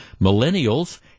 Millennials